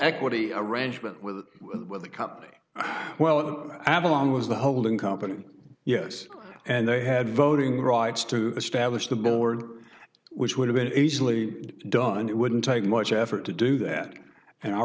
equity arrangement with the company well it would have a long was the holding company yes and they had voting rights to establish the millward which would have been easily done it wouldn't take much effort to do that and our